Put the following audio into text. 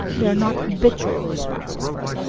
they are not habitual responses for us.